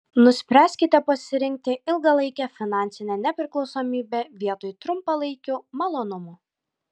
nuspręskite pasirinkti ilgalaikę finansinę nepriklausomybę vietoj trumpalaikių malonumų